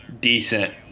decent